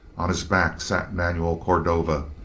on his back sat manuel cordova,